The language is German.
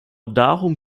darum